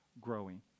growing